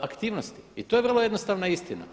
aktivnosti i to je vrlo jednostavna istina.